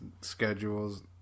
schedules